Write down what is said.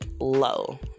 low